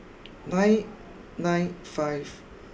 nine nine five